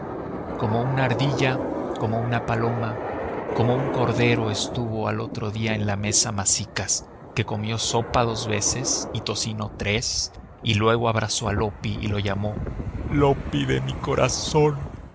como una ardilla como una paloma como un cordero estuvo al otro día en la mesa masicas que comió sopa dos veces y tocino tres y luego abrazó a loppi y lo llamó loppi de mi corazón